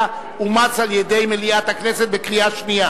אומץ על-ידי מליאת הכנסת בקריאה שנייה.